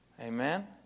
Amen